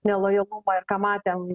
nelojalumą ir ką matėm